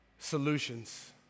solutions